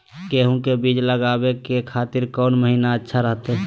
गेहूं के बीज लगावे के खातिर कौन महीना अच्छा रहतय?